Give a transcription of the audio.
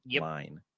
line